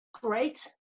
great